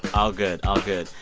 all good, all good.